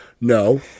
No